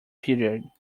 period